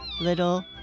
little